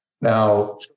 Now